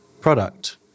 product